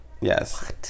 Yes